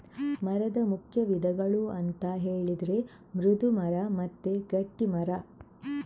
ಮರದ ಮುಖ್ಯ ವಿಧಗಳು ಅಂತ ಹೇಳಿದ್ರೆ ಮೃದು ಮರ ಮತ್ತೆ ಗಟ್ಟಿ ಮರ